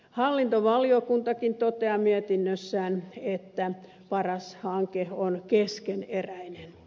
hallintovaliokuntakin toteaa mietinnössään että paras hanke on keskeneräinen